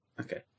Okay